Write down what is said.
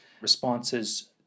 Responses